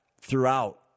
throughout